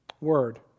Word